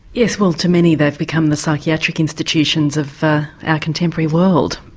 yes, well to many they've become the psychiatric institutions of our contemporary world.